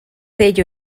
ello